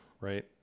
right